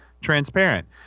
transparent